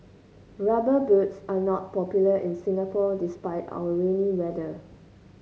rubber boots are not popular in Singapore despite our rainy weather